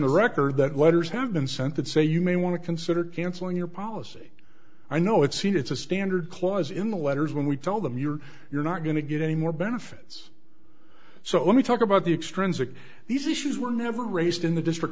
the record that letters have been sent that say you may want to consider canceling your policy i know it seems it's a standard clause in the letters when we tell them you're you're not going to get any more benefits so let me talk about the extrinsic these issues were never raised in the district